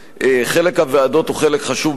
חלק הוועדות הוא חלק חשוב במיוחד,